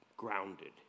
Grounded